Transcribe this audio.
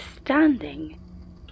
standing